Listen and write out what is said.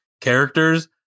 characters